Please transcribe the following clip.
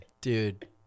Dude